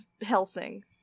Helsing